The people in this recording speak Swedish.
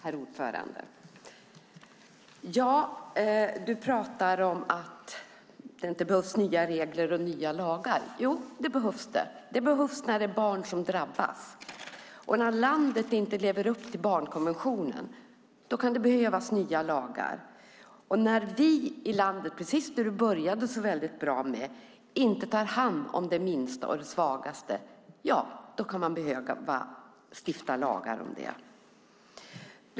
Herr talman! Henrik Ripa säger att det inte behövs nya regler och lagar. Jo, det behövs. Det behövs när det är barn som drabbas och när landet inte lever upp till barnkonventionen. När vi i landet inte gör det som du började så bra med att säga, nämligen tar hand om de minsta och svagaste, kan man behöva stifta lagar om det.